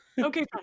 Okay